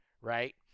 Right